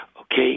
okay